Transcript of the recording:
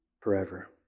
forever